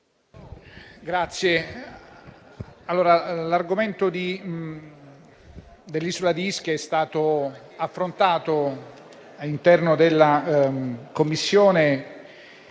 Presidente, l'argomento dell'isola d'Ischia è stato affrontato all'interno della Commissione